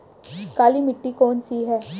काली मिट्टी कौन सी है?